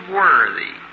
worthy